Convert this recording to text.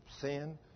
sin